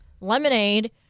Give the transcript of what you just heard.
lemonade